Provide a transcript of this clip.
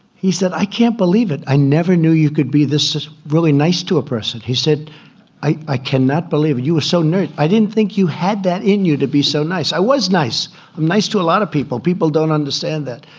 he said i can't believe it. i never knew you could be this really nice to a person he said i i cannot believe you are so new. i didn't think you had that in you to be so nice. i was nice and um nice to a lot of people people don't understand that.